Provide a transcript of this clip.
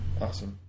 Awesome